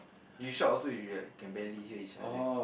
you shout also you like can barely hear each other